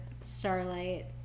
Starlight